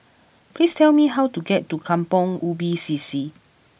please tell me how to get to Kampong Ubi C C